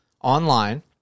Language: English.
online